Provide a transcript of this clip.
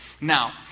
Now